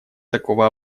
такого